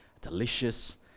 delicious